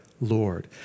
Lord